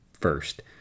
first